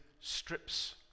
strips